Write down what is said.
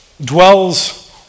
dwells